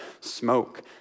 smoke